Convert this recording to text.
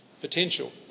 potential